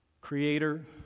Creator